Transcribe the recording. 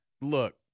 look